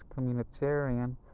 communitarian